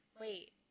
wait